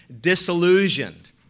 disillusioned